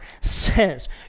says